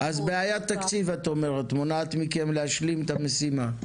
שיכון- -- אז בעיית תקציב מונעת ממכם להשלים את המשימה?